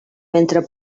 mentre